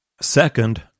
Second